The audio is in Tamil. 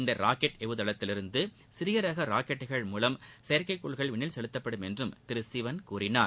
இந்த ராக்கெட் ஏவுதளத்திலிருந்து சிறிய ரக ராக்கெட்கள் மூலம் செயற்கைக் கோள்கள் விண்ணில் செலுத்தப்படும் என்றும் திரு சிவன் கூறினார்